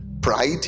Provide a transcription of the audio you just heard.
Pride